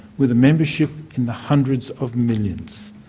with a membership in the hundreds of millions.